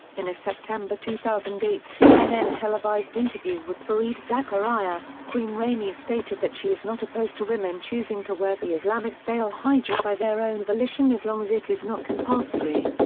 in a september two thousand and eight cnn televised interview with fareed zakaria, queen rania stated that she is not opposed to women choosing to wear the islamic veil hijab by their own volition as long as it is not compulsory.